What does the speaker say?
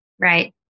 Right